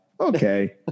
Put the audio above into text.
okay